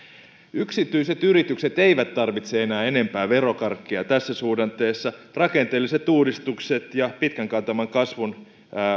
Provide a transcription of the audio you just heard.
yksityiset yritykset eivät tarvitse enää enempää verokarkkia tässä suhdanteessa rakenteelliset uudistukset ja pitkän kantaman kasvun